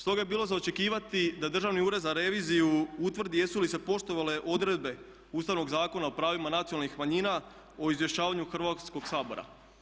Stoga je bilo za očekivati da Državni ured za reviziju utvrdi jesu li se poštovale odredbe Ustavnog zakona o pravima nacionalnih manjina o izvješćavanju Hrvatskog sabora.